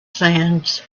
sands